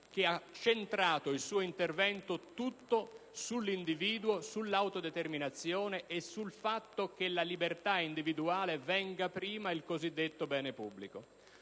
che ha centrato tutto il suo intervento sull'individuo, sull'autodeterminazione e sul fatto che la libertà individuale venga prima del cosiddetto bene pubblico.